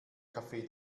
kaffee